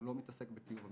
הוא לא מתעסק בטיוב המקצוע.